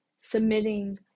submitting